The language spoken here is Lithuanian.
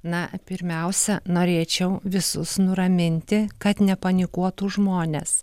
na pirmiausia norėčiau visus nuraminti kad nepanikuotų žmonės